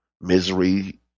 misery